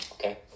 okay